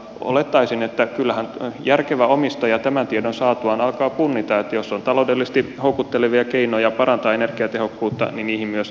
olettaisin että kyllähän järkevä omistaja tämän tiedon saatuaan alkaa punnita että jos on taloudellisesti houkuttelevia keinoja parantaa energiatehokkuutta niin niihin myös tartutaan